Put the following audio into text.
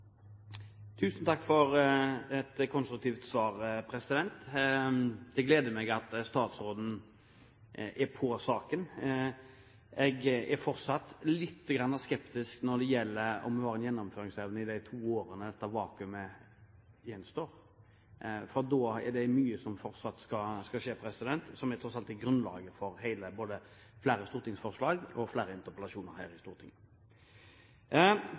Tusen takk for et konstruktivt svar. Det gleder meg at statsråden er på saken. Jeg er fortsatt litt skeptisk når det gjelder om hun har en gjennomføringsevne i de to årene som gjenstår av dette vakuumet. For da er det fortsatt mye som skal skje, som tross alt er grunnlaget for både flere stortingsforslag og flere interpellasjoner her i Stortinget. Når det gjelder mandatet, har i hvert fall ikke noen fra Stortinget